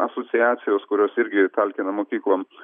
asociacijos kurios irgi talkina mokyklom